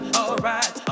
alright